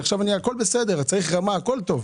הכול בסדר, צריך רמה, הכול טוב.